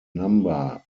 number